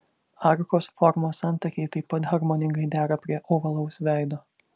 arkos formos antakiai taip pat harmoningai dera prie ovalaus veido